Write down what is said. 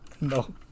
No